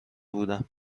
بودم